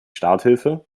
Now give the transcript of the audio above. starthilfe